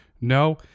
No